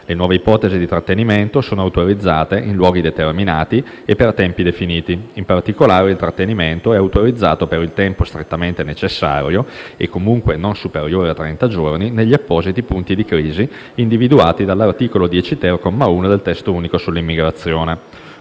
Le nuove ipotesi di trattenimento sono autorizzate in luoghi determinati e per tempi definiti. In particolare, il trattenimento è autorizzato per il tempo strettamente necessario, e comunque non superiore a trenta giorni, negli appositi punti di crisi individuati dall'articolo 10-*ter*, comma 1, del testo unico sull'immigrazione.